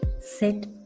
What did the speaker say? sit